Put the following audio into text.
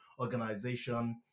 organization